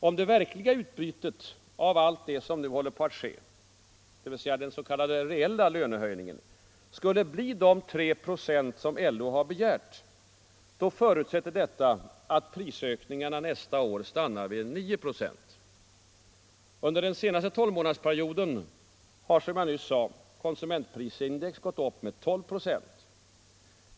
Om det verkliga utbytet av allt det som nu håller på att ske — den s.k. reella lönehöjningen — skulle bli 3 procent som LO har begärt, då förutsätter detta att prisökningarna nästa år stannar vid 9 procent. Under den senaste tolvmånadersperioden har — som jag nyss sade - konsumentprisindex gått upp med 12 procent.